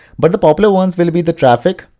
but the popular ones will be the traffic,